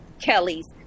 Kellys